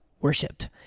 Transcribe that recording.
worshipped